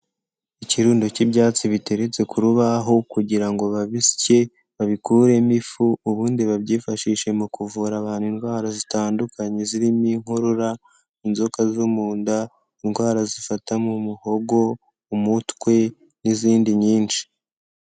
Ikirundo k'ibyatsi biteretse ku rubaho kugira ngo babisye babikuremo ifu, ubundi babyifashishe mu kuvura abantu indwara zitandukanye zirimo inkorora, inzoka zo mu nda, indwara zifata mu muhogo, umutwe n'izindi nyinshi.